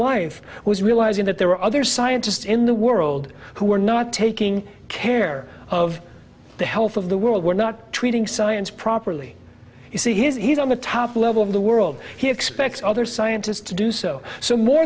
wife was realizing that there were other scientists in the world who were not taking care of the health of the world we're not treating science properly you see he's on the top level of the world he expects other scientists to do so so more